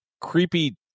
creepy